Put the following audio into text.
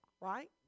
right